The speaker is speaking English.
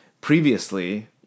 previously